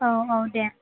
औ औ दे